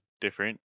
different